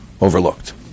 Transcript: overlooked